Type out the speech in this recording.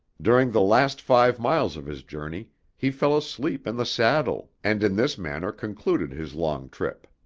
during the last five miles of his journey, he fell asleep in the saddle and in this manner concluded his long trip.